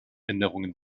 änderungen